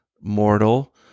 mortal